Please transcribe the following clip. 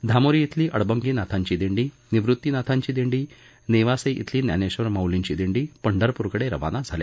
धामोरी इथली अडबंगी नाथांची दिंडी निवृती नाथांची दिंडी नेवासे इथली ज्ञानेश्वर माऊलींची दिंडी पंढरपूरकडे रवाना झाल्या